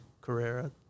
Carrera